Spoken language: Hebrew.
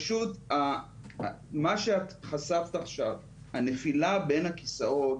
מה שחשפת עכשיו, הנפילה בין הכיסאות,